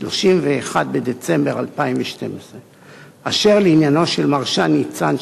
31 בדצמבר 2012. אשר לעניינו של מר שי ניצן,